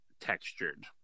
textured